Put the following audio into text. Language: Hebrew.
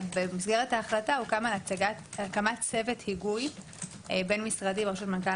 במסגרת ההחלטה הוחלט על הקמת צוות היגוי בין משרדי בראשות מנכ"ל